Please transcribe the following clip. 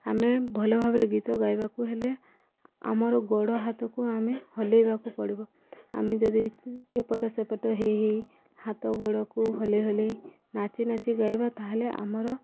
ଆମେ ଭଲ ଭାବରେ ଗୀତ ଗାଇବାକୁ ହେଲେ ଆମର ଗୋଡ଼ ହାତକୁ ଆମେ ହଲେଇବାକୁ ପଡ଼ିବ ଆମେ ଯଦି ଏପଟ ସେପଟ ହେଇ ହେଇ ହାତ ଗୋଡ଼କୁ ହଲେଇ ହଲେଇ ନାଚି ନାଚିକି ଗାଇବା ତାହେଲେ ଆମର